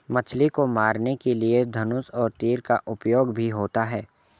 मछली को मारने के लिए धनुष और तीर का उपयोग भी होता है